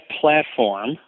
platform